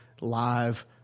live